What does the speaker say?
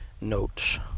notes